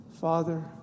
Father